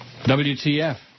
WTF